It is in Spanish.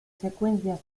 secuencias